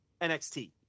nxt